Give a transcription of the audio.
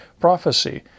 prophecy